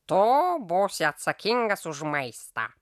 tu būsi atsakingas už maistą